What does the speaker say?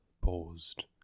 paused